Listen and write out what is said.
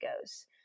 goes